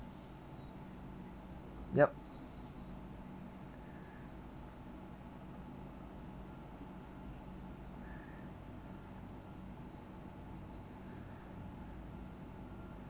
yup